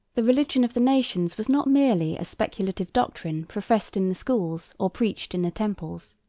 the religion of the nations was not merely a speculative doctrine professed in the schools or preached in the temples.